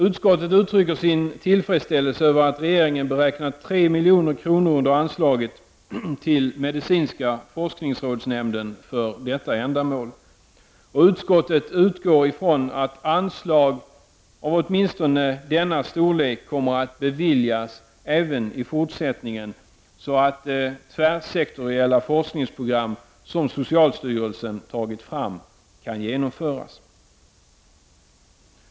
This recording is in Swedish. Utskottet uttrycker sin tillfredställelse över att regeringen under anslaget till medicinska forskningsrådsnämnden beräknat 3 milj.kr. för detta ändamål. Och utskottet utgår ifrån att anslag av åtminstone denna storlek kommer att beviljas även i fortsättningen, så att det tvärsektoriella forskningsprogram som socialstyrelsen tagit fram kan genomföras.